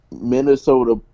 Minnesota